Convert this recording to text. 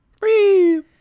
Free